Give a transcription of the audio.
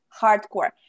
hardcore